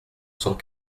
cent